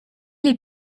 les